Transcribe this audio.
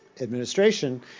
administration